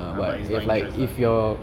but there's no interest lah